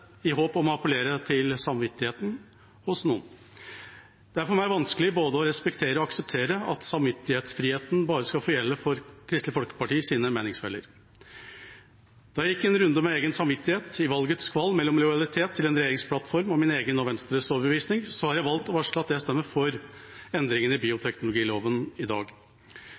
i håp om å appellere til samvittigheten hos noen. Det er for meg vanskelig både å respektere og akseptere at samvittighetsfriheten bare skal få gjelde for Kristelig Folkepartis meningsfeller. Etter at jeg gikk en runde med egen samvittighet i valgets kval mellom lojalitet til en regjeringsplattform og min egen og Venstres overbevisning, har jeg valgt å varsle at jeg stemmer for endringene i bioteknologiloven i dag.